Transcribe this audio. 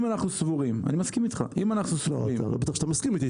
סבורים אני מסכים איתך -- טוב שאתה מסכים איתי,